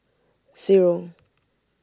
zero